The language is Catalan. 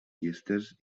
llistes